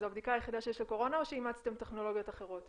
זו הבדיקה היחידה שיש לקורונה או שאימצתם טכנולוגיות אחרות?